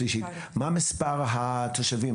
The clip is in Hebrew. מה מספר התושבים?